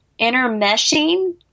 intermeshing